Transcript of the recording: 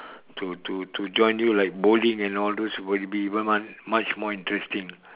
to to to join you like bowling and all those will be even much much more interesting